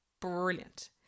brilliant